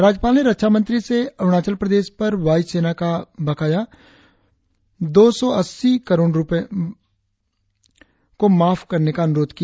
राज्यपाल ने रक्षा मंत्री से अरुणाचल प्रदेश पर भारतीय वायु सेना का बकाया दो सौ अस्सी करोड़ बासठ लाख रुपए को माफ करने का अनुरोध किया